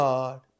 God